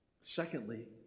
Secondly